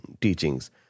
teachings